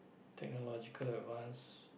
technological advance